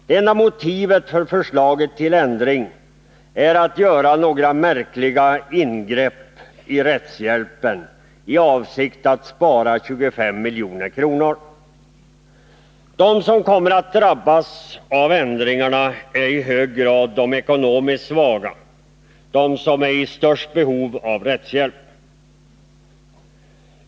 Det enda motivet för förslaget till ändring är att man vill göra några märkliga ingrepp i rättshjälpen i avsikt att spara 25 milj.kr. De som kommer att drabbas av ändringarna är i hög grad de ekonomiskt svaga, de som är i störst behov av rättshjälp.